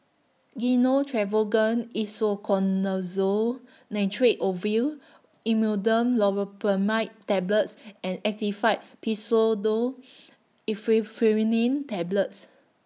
Gyno Travogen Isoconazole Nitrate Ovule Imodium Loperamide Tablets and Actifed Pseudoephedrine Tablets